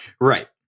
Right